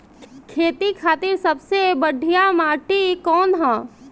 खेती खातिर सबसे बढ़िया माटी कवन ह?